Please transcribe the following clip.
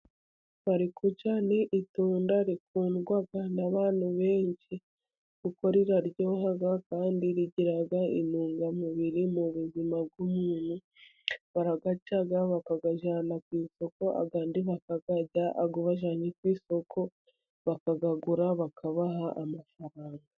Marikuja ni itunda rikundwa n'abantu benshi, kuko riraryoha kandi rigira intungamubiri mu buzima bw'umuntu. Barayaca bakayajyana ku isoko andi bakayarya. Ayo bajyanye kw'isoko bakayagura bakabaha amafaranga.